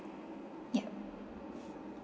ya